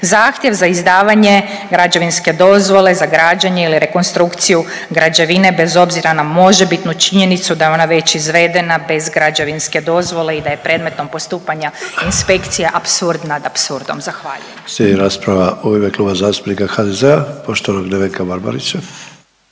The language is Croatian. zahtjev za izdavanje građevinske dozvole za građenje ili rekonstrukciju građevine bez obzira na možebitnu činjenicu da je ona već izvedena bez građevinske dozvole i da je predmetnom postupanja inspekcije apsurd nad apsurdom. **Sanader,